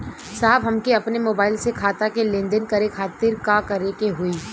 साहब हमके अपने मोबाइल से खाता के लेनदेन करे खातिर का करे के होई?